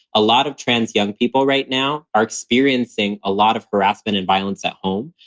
a lot of trans young people right now are experiencing a lot of harassment and violence at home.